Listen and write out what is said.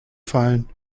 fallen